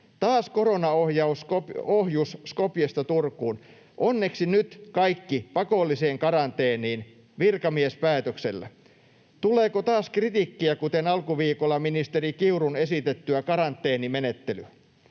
”Taas koronaohjus Skopjesta Turkuun. Onneksi nyt kaikki pakolliseen karanteeniin — virkamiespäätöksellä. Tuleeko taas kritiikkiä, kuten alkuviikolla ministeri Kiurun esitettyä karanteenimenettelyä?”